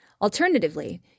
Alternatively